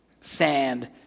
sand